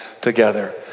together